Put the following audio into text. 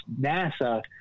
NASA